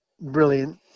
Brilliant